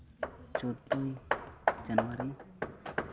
ᱪᱳᱫᱫᱳᱭ ᱡᱟᱱᱩᱣᱟᱨᱤ